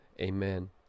Amen